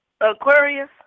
Aquarius